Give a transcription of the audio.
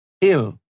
ill